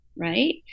right